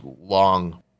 long